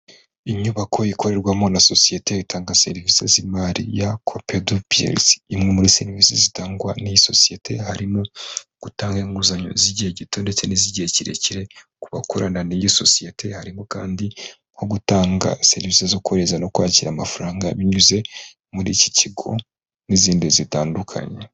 Inyubako ikorerwamo na sosiyete itanga serivisi z'imari ya copedu peyesi imwe muri serivisi zitangwa n'iyi sosiyete harimo gutanga inguzanyo z'igihe gito ndetse n'iz'igihe kirekire ku bakorana n'iyo sosiyete harimo kandi nko gutanga serivisi zo kohereza no kwakira amafaranga binyuze muri iki kigo n'izindi zitandukanye.